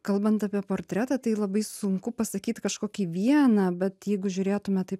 kalbant apie portretą tai labai sunku pasakyt kažkokį vieną bet jeigu žiūrėtume taip